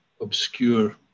obscure